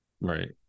Right